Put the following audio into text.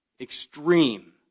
extreme